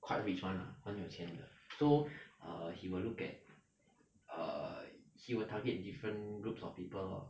quite rich [one] lah 很有钱的 so err he will look at err he will target different groups of people lor